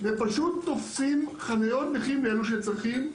ופשוט תופסים חניות נכים לאלו שצריכים.